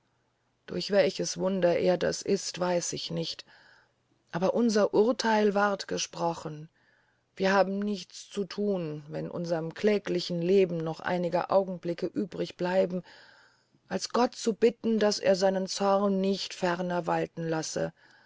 durch welches wunder er es ist weiß ich nicht aber unser urtheil ward gesprochen wir haben nichts zu thun wenn unserm kläglichen leben noch einige augenblicke übrig bleiben als gott zu bitten daß er seinen zorn nicht ferner walten lasse